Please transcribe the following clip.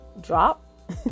drop